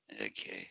okay